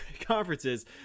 conferences